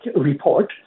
report